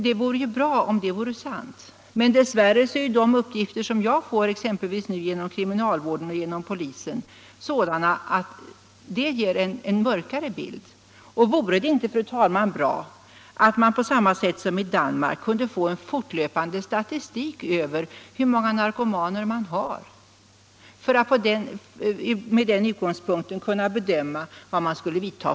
Det vore ju bra om detta vore sant, men det är dess värre så att de uppgifter jag får — exempelvis dem som jag nu fått genom kriminalvården och genom polisväsendet — är sådana att de ger en mrökare bild. Fru talman! Jag vill fråga om det inte vore bra om man på samma sält som i Danmark kunde få en fortlöpande statistik över hur många narkomaner vi har så att vi från den utgångspunkten kan bedöma vilka åtgärder som skall vidtas.